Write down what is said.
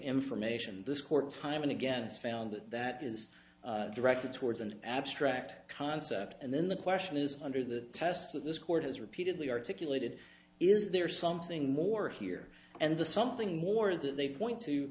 court time and again it's found that that is directed towards an abstract concept and then the question is under the test that this court has repeatedly articulated is there something more here and the something more that they point to